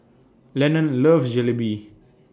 Lennon loves Jalebi